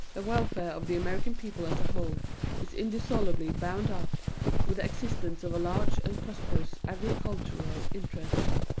the welfare of the american people as a whole is indissolubly bound up with the existence of a large and prosperous agricultural interest.